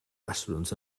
restaurants